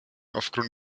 aufgrund